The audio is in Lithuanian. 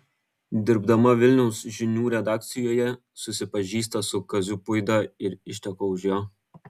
dirbdama vilniaus žinių redakcijoje susipažįsta su kaziu puida ir išteka už jo